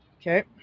Okay